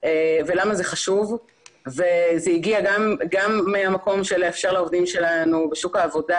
ולמה זה חשוב וזה הגיע גם מהמקום של לאפשר לעובדים שלנו בשוק העבודה